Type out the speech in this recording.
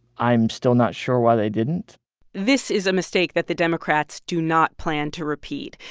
i'm still not sure why they didn't this is a mistake that the democrats do not plan to repeat.